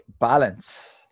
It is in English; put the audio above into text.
balance